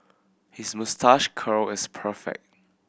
his moustache curl is perfect